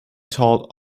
told